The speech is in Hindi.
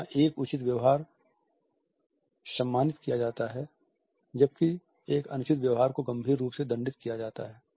जहाँ एक उचित व्यवहार सम्मानित किया जाता है जबकि एक अनुचित व्यवहार को गंभीर रूप से दंडित किया जाता है